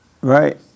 right